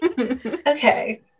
okay